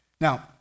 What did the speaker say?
Now